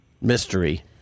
Mystery